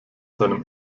seinem